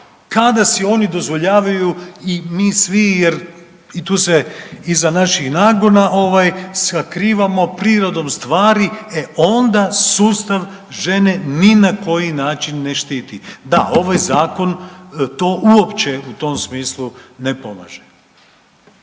kada si oni dozvoljavaju i mi svi jer i tu se iza naših nagona sakrivamo prirodom stvari e onda sustav žene ni na koji način ne štiti. Da, ovaj zakon to uopće u tom smislu ne pomaže.